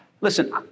listen